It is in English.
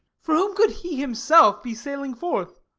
for whom could he himself be sailing forth?